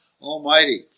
Almighty